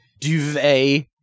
duvet